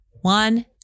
One